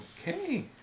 Okay